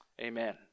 Amen